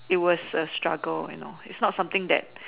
it was a struggle you know it's not something that